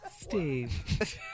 Steve